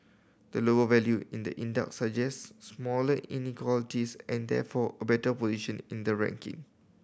a lower value in the index suggests smaller inequalities and therefore a better position in the ranking